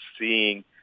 seeing